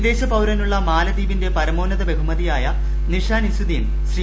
വിദേശ പൌരനുള്ള മാലദ്വീപിന്റെ പരമോന്നത ബഹുമതിയായ നിഷാൻ ഇസുദ്ദീൻ ശ്രീ